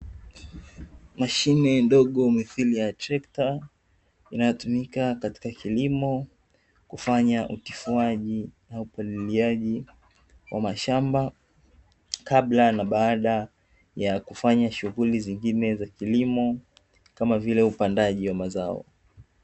Mashine ndogo mithili ya trekta inayotumika katika kilimo kufanya utifuaji na upaliliaji wa mashamba, kabla na baada ya kufanya shughuli nyingine za kilimo kama vile upandaji wa mazao.